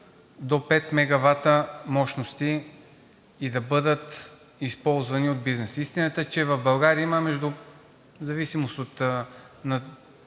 до пет мегавата мощности и да бъдат използвани от бизнеса. Истината е, че в България има, в зависимост от